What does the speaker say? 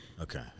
Okay